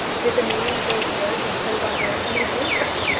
did the meaning of those words impose on her any duty?